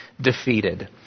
defeated